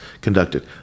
conducted